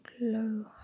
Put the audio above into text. low